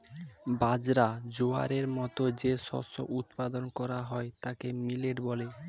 বাজরা, জোয়ারের মতো যে শস্য উৎপাদন করা হয় তাকে মিলেট বলে